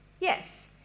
Yes